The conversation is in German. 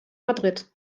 madrid